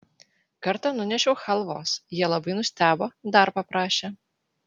kartą nunešiau chalvos jie labai nustebo dar paprašė